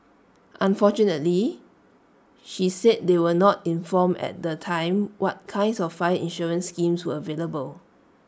unfortunately she said they were not informed at the time what kinds of fire insurance schemes were available